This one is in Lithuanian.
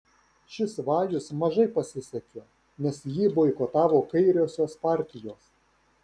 šis vajus mažai pasisekė nes jį boikotavo kairiosios partijos